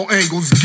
angles